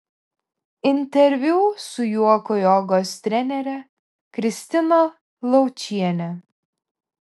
interviu su juoko jogos trenere kristina laučiene